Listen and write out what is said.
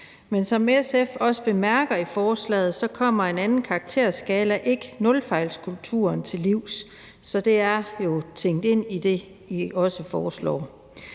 Men som SF også bemærker i forslaget, kommer en anden karakterskala ikke nulfejlskulturen til livs. Så det er jo tænkt ind i det, I foreslår.